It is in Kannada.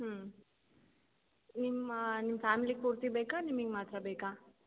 ಹ್ಞೂ ನಿಮ್ಮ ನಿಮ್ಮ ಫ್ಯಾಮಿಲಿಗೆ ಪೂರ್ತಿ ಬೇಕಾ ನಿಮಿಗೆ ಮಾತ್ರ ಬೇಕಾ